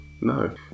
no